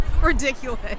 Ridiculous